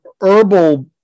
herbal